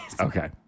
Okay